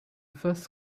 first